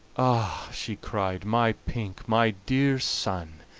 ah! she cried, my pink, my dear son,